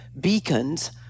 beacons